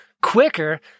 quicker